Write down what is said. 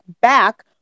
back